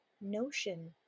notion